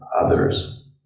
others